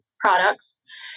products